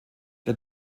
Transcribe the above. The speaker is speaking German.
der